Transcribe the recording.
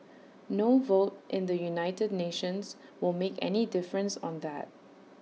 no vote in the united nations will make any difference on that